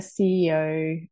CEO